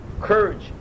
courage